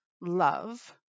love